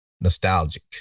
nostalgic